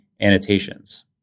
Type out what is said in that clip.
annotations